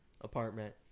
apartment